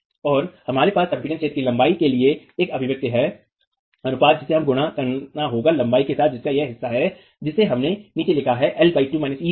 और हमारे पास संपीड़ित क्षेत्र की लंबाई के लिए एक अभिव्यक्ति है अनुपात जिसे हमें गुणा करना होगा लंबाई के साथ जिसका यह हिस्सा है जिसे हमने नीचे लिखा है l 2 e 2